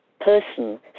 person